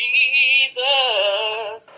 Jesus